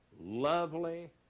lovely